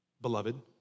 Beloved